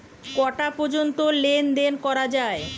কটা পর্যন্ত লেন দেন করা য়ায়?